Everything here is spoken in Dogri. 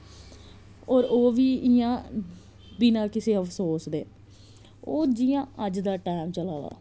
होर ओह् बी इ'यां बिना किसै अफसोस दे ओह् जि'यां अज्ज दा टैम चला दा